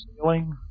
ceiling